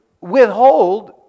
withhold